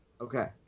Okay